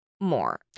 more